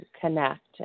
connect